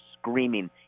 screaming